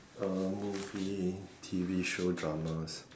uh movie T_V show Dramas